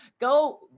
go